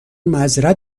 معذرت